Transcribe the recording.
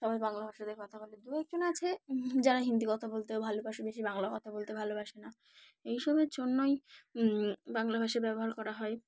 সবাই বাংলা ভাষাতে কথা বলে দু একজন আছে যারা হিন্দি কথা বলতে ভালোবাসে বেশি বাংলা কথা বলতে ভালোবাসে না এইসবের জন্যই বাংলা ভাষা ব্যবহার করা হয়